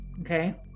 Okay